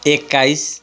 एक्काइस